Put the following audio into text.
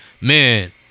Man